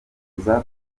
yipfuza